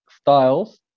styles